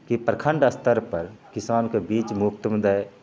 कि प्रखण्ड अस्तरपर किसानकेँ बीज मुफ्तमे दै